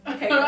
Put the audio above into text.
Okay